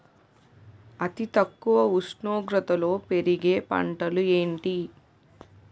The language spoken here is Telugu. అతి తక్కువ ఉష్ణోగ్రతలో పెరిగే పంటలు ఏంటి?